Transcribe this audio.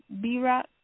B-Rock